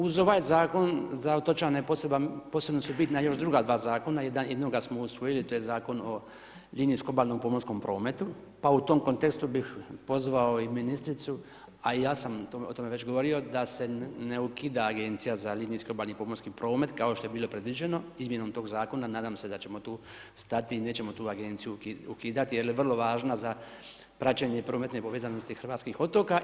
Uz ovaj Zakon za otočane je posebna su bitna druga dva zakona, jednoga smo usvojili to je Zakon o … obalnom pomorskom prometu, pa u tom kontekstu bih pozvao ministricu, a i ja sam o tome već govorio da se ne ukida Agencija za linijski obalni pomorski promet, kao što je bilo predviđeno, izmjenom tog zakona, nadam se da ćemo tu stati i nećemo tu agenciju ukidati, jer je vrlo važna, za praćenje prometne povezanosti hrvatskih otoka.